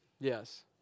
Yes